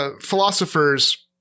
philosophers